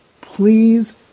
Please